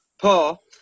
Paul